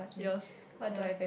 yours ya